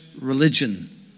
religion